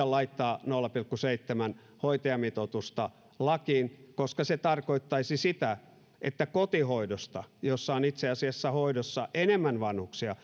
laittaa nolla pilkku seitsemän hoitajamitoitusta lakiin koska se tarkoittaisi sitä että kotihoidosta jossa on itse asiassa enemmän vanhuksia